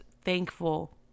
thankful